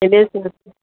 ऐं ॿिएं शइ